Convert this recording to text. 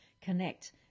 Connect